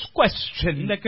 question